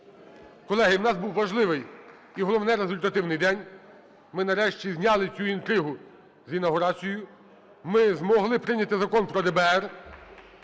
Колеги, у нас був важливий і, головне, результативний день. Ми нарешті зняли цю інтригу з інавгурацією. Ми змогли прийняти Закон про ДБР.